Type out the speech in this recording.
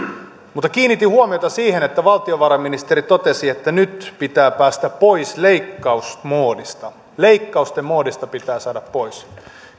mutta kiinnitin huomiota siihen että valtiovarainministeri totesi että nyt pitää päästä pois leikkausmoodista leikkausten moodista pitää päästä pois